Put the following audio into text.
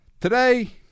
Today